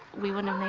we wouldn't have